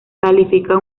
califica